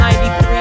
93